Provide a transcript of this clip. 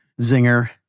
zinger